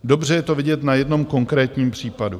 Dobře je to vidět na jednom konkrétním případu.